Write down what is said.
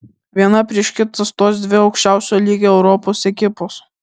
viena prieš kitą stos dvi aukščiausio lygio europos ekipos